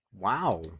Wow